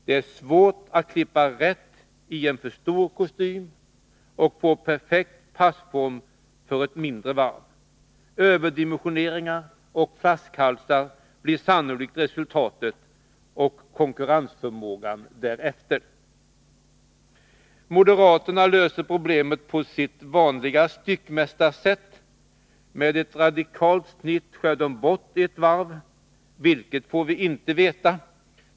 Det är svårt att klippa rätt i en för stor kostym och få perfekt passform till ett mindre varv. Överdimensioneringar och flaskhalsar blir sannolikt resultatet, och konkurrensförmågan blir därefter. Moderaterna vill lösa problemen på sitt vanliga styckmästarsätt. Med ett radikalt snitt skär de bort ett varv. Vilket får vi inte veta.